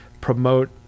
promote